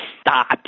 stop